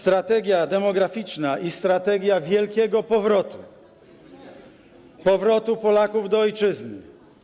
Strategia demograficzna i strategia wielkiego powrotu, powrotu Polaków do ojczyzny.